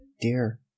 dear